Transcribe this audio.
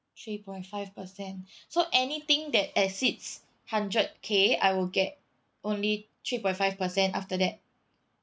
three point five percent so anything that exceeds hundred K I will get only three point five percent after that